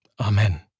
Amen